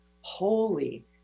holy